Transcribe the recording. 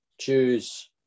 choose